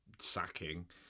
sacking